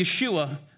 Yeshua